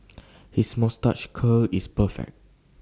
his moustache curl is perfect